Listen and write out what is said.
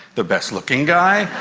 the best looking guy,